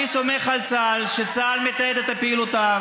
אני סומך על צה"ל שצה"ל מתעד את פעילויותיו,